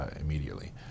immediately